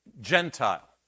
Gentile